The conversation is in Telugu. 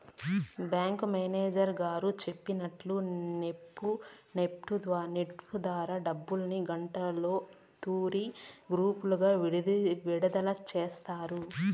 బ్యాంకు మేనేజరు గారు సెప్పినట్టు నెప్టు ద్వారా డబ్బుల్ని గంటకో తూరి గ్రూపులుగా విడదల సేస్తారు